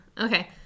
Okay